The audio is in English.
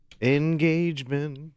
engagement